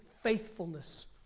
faithfulness